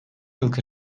yılki